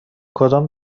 کدام